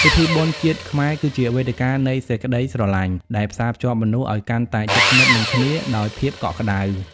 ពិធីបុណ្យជាតិខ្មែរគឺជា "វេទិកានៃសេចក្ដីស្រឡាញ់" ដែលផ្សារភ្ជាប់មនុស្សឱ្យកាន់តែជិតស្និទ្ធនឹងគ្នាដោយភាពកក់ក្ដៅ។